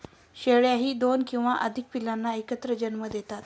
शेळ्याही दोन किंवा अधिक पिल्लांना एकत्र जन्म देतात